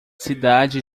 cidade